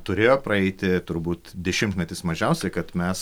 turėjo praeiti turbūt dešimtmetis mažiausiai kad mes